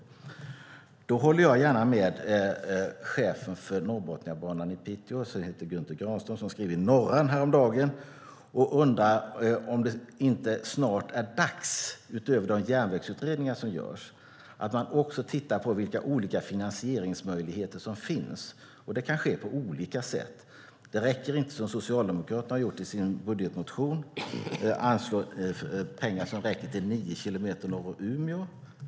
Jag håller gärna med vd:n för Norrbotniabanan, som heter Gusten Granström och som skrev i Norran häromdagen och undrade om det inte snart är dags att utöver de järnvägsutredningar som görs titta på vilka olika finansieringsmöjligheter som finns. Det kan ske på olika sätt. Det räcker inte som Socialdemokraterna har gjort i sin budgetmotion, att anslå pengar som räcker till 9 kilometer norr om Umeå.